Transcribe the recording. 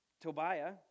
Tobiah